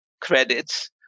credits